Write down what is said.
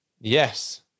Yes